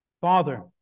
Father